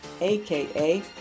aka